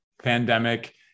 pandemic